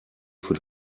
für